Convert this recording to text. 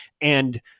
And-